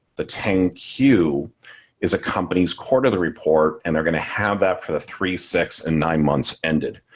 the ten q is a company's quarterly report and they're going to have that for the three six and nine months ended,